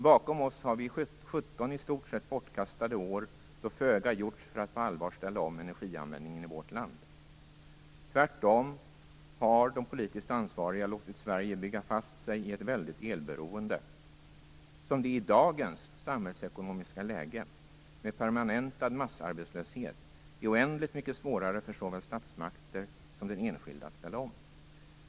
Bakom oss har vi 17 i stort sett bortkastade år, då föga gjorts för att på allvar ställa om energianvändningen i vårt land. Tvärtom har de politiskt ansvariga låtit Sverige bygga sig fast i ett väldigt elberoende, som det i dagens samhällsekonomiska läge med permanentad massarbetslöshet är oändligt mycket svårare för såväl statsmakter som den enskilde att ställa om.